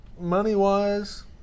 Money-wise